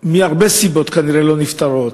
מהרבה סיבות כנראה לא נפתרת.